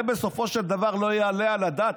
בסופו של דבר לא יעלה על הדעת,